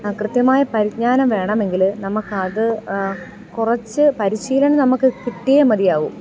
കൃത്യമായ പരിജ്ഞാനം വേണമെങ്കിൽ നമുക്ക് അത് കുറച്ചു പരിശീലനം നമുക്ക് കിട്ടിയേ മതിയാവു